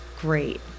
great